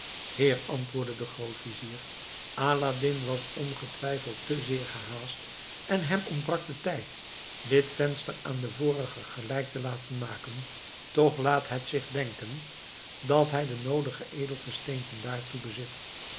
heer antwoordde de grootvizier aladdin was ongetwijfeld te zeer gehaast en hem ontbrak de tijd dit venster aan de vorige gelijk te laten maken toch laat het zich denken dat hij de noodige edelgesteenten daartoe bezit